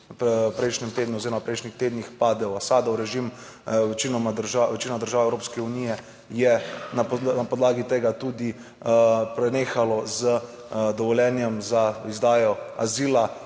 v prejšnjem tednu oziroma v prejšnjih tednih padel Asadov režim. Večinoma, večina držav Evropske unije je na podlagi tega tudi prenehalo z dovoljenjem za izdajo azila